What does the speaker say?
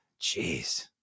Jeez